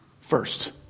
first